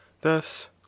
Thus